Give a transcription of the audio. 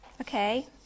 Okay